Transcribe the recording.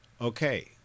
Okay